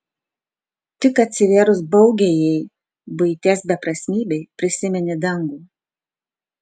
tik atsivėrus baugiajai buities beprasmybei prisimeni dangų